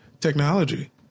Technology